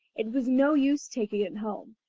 it was no use taking it home,